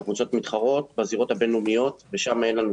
שהקבוצות מתחרות בזירות הבין-לאומיות ושם אין לנו